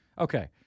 Okay